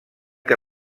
que